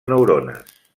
neurones